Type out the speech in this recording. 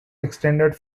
extended